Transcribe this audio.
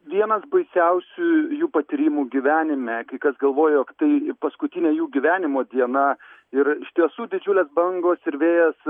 vienas baisiausių jų patyrimų gyvenime kai kas galvojo jog tai paskutinė jų gyvenimo diena ir iš tiesų didžiulės bangos ir vėjas